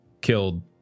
killed